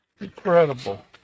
Incredible